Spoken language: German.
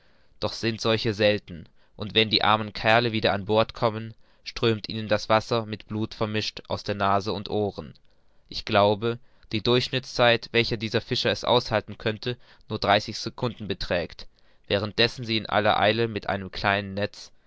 doch sind solche selten und wenn die armen kerle wieder an bord kommen strömt ihnen wasser mit blut vermischt aus nase und ohren ich glaube daß die durchschnittszeit welche diese fischer es aushalten können nur dreißig secunden beträgt während dessen sie in aller eile mit einem kleinen netz